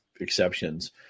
exceptions –